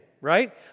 right